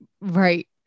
Right